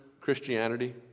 Christianity